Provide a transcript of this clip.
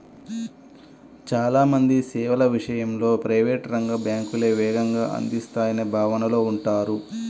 చాలా మంది సేవల విషయంలో ప్రైవేట్ రంగ బ్యాంకులే వేగంగా అందిస్తాయనే భావనలో ఉంటారు